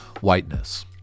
whiteness